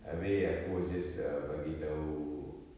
habis aku was just err bagi tahu